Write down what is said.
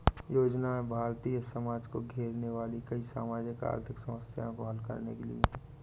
योजनाएं भारतीय समाज को घेरने वाली कई सामाजिक आर्थिक समस्याओं को हल करने के लिए है